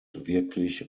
wirklich